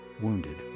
wounded